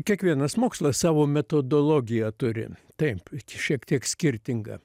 kiekvienas mokslas savo metodologiją turi taip šiek tiek skirtingą